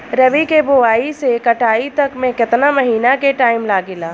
रबी के बोआइ से कटाई तक मे केतना महिना के टाइम लागेला?